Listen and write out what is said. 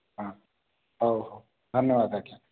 ଆଁ ଅ ହଉ ଧନ୍ୟବାଦ ଆଜ୍ଞା